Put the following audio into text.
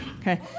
Okay